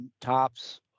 tops